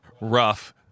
Rough